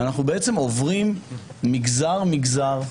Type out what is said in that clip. אנו עוברים מגזר-מגזר,